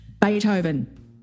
Beethoven